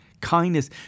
Kindness